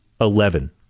eleven